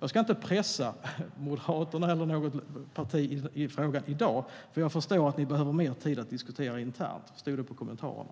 Jag ska inte pressa Moderaterna, eller något annat parti, i frågan i dag, för jag förstår att ni behöver mer tid att diskutera frågan internt. Jag förstod det på kommentarerna.